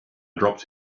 dropped